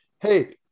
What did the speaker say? hey